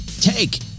take